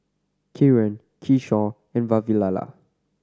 Kiran Kishore and Vavilala